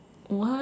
what